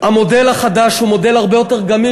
המודל החדש הוא מודל הרבה יותר גמיש,